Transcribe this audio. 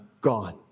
gone